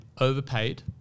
overpaid